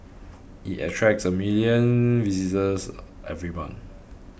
it attracts a million visitors every month